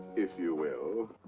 if you will.